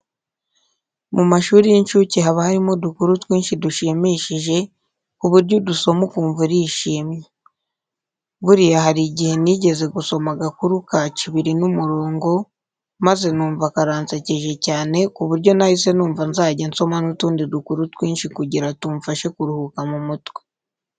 Mu mashuri y'inshuke haba harimo udukuru twinshi dushimishije ku buryo udusoma ukumva urishimye. Buriya hari igihe nigeze gusoma agakuru ka Cibiri n'umurongo maze numva karansekeje cyane ku buryo nahise numva nzajya nsoma n'utundi dukuru twinshi kugira tumfashe kuruhuka mu mutwe.